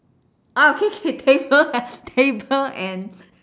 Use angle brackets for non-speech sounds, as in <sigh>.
ah okay K <laughs> table ah <laughs> table and <laughs>